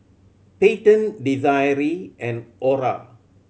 Payton Desiree and Orah